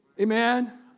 Amen